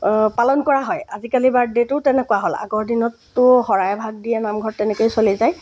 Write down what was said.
পালন কৰা হয় আজিকালি বাৰ্থডেটো তেনেকুৱা হ'ল আগৰ দিনততো শৰাই এভাগ দিয়ে নামঘৰত তেনেকৈয়ে চলি যায়